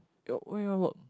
your where you want work